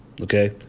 Okay